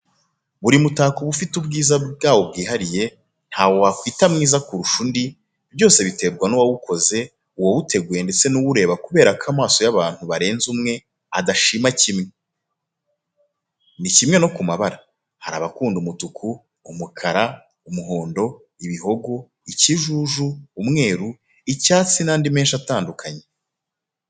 Buri mutako uba ufite ubwiza bwawo bwihariye, ntawo wakwita mwiza kurusha undi, byose biterwa n'uwawukoze, uwawuteguye ndetse n'uwureba kubera ko amasomo y'abantu barenze umwe adashima kimwe, ni kimwe no ku mabara, hari abakunda umutuku, umukara, umuhondo, ibihogo, ikijuju, umweru, icyatsi n'andi menshi atandukanye.